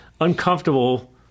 uncomfortable